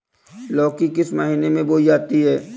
लौकी किस महीने में बोई जाती है?